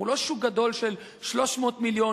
אנחנו לא שוק גדול של 300 מיליון,